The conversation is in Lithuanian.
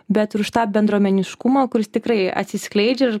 bet ir už tą bendruomeniškumą kuris tikrai atsiskleidžia ir